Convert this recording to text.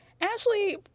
Ashley